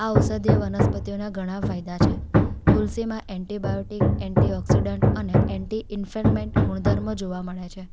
આ ઔષધિય વનસ્પતિઓના ઘણા ફાયદા છે તુલસીમાં એન્ટીબાયોટિક એન્ટીઓક્સિડન્ટ અને એન્ટી ઇન્ફ્લેમેન્ટ ગુણધર્મ જોવા મળે છે